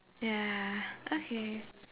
ya okay